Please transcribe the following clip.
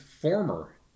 former